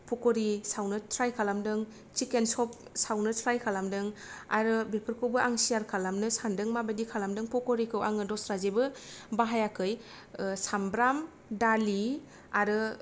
पकरि सावनो त्राय खालामदों चिकेन चप सावनो त्राय खालामदों आरो बेफोरखौबो आं शेयार खालामनो सानदों माबायदि खालामदों पकरिखौ आङो दस्रा जेबो बाहायाखै ओ सामब्राम दालि आरो